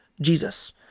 Jesus